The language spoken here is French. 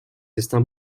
destin